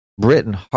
Britain